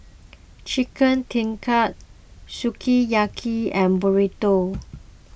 Chicken Tikka Sukiyaki and Burrito